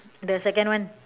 the second one